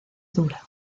dura